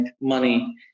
money